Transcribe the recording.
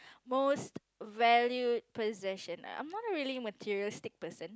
most valued possession I'm not a really materialistic person